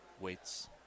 waits